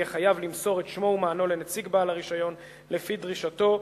יהיה חייב למסור את שמו ומענו לנציג בעל הרשיון לפי דרישתו,